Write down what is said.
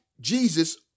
Jesus